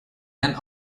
end